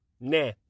nah